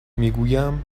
میگویم